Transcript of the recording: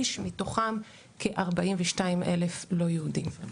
מתוכם כ-42,000 לא יהודים.